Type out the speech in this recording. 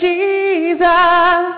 Jesus